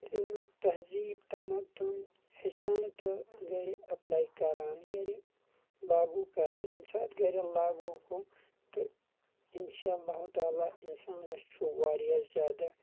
تمیُک تہزیٖب تمدُن ہیٚچھان تہٕ گرِ اٮ۪پلاے کران گرِ لاگوٗ کران ییٚمہِ ساتہٕ گرِ لاگوٗ گوٚو تہٕ اِن شاہ اللہُ تعالیٰ انسانس چھُ واریاہ زیادٕ